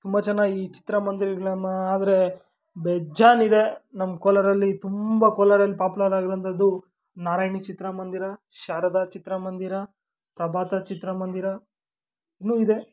ತುಂಬ ಜನ ಈ ಚಿತ್ರಮಂದಿರಗಳನ್ನ ಆದರೆ ಬೇಜಾನು ಇದೆ ನಮ್ಮ ಕೋಲಾರಲ್ಲಿ ತುಂಬ ಕೋಲಾರಲ್ಲಿ ಪಾಪ್ಯುಲರ್ ಆಗಿರುವಂಥದ್ದು ನಾರಾಯಣಿ ಚಿತ್ರಮಂದಿರ ಶಾರದಾ ಚಿತ್ರಮಂದಿರ ಪ್ರಭಾತ ಚಿತ್ರಮಂದಿರ ಇನ್ನೂ ಇದೆ